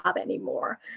anymore